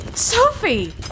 Sophie